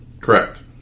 Correct